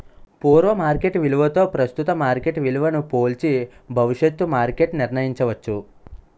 పూర్వ మార్కెట్ విలువతో ప్రస్తుతం మార్కెట్ విలువను పోల్చి భవిష్యత్తు మార్కెట్ నిర్ణయించవచ్చు